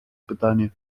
pytanie